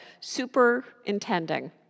superintending